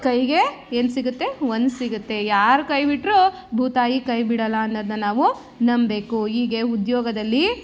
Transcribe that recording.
ಕೈಗೇ ಏನು ಸಿಗುತ್ತೆ ಹೊನ್ನು ಸಿಗುತ್ತೆ ಯಾರು ಕೈ ಬಿಟ್ರೂ ಭೂತಾಯಿ ಕೈ ಬಿಡೋಲ್ಲ ಅನ್ನೋದನ್ನ ನಾವು ನಂಬೇಕು ಈಗ ಉದ್ಯೋಗದಲ್ಲಿ